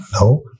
No